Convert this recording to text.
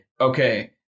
okay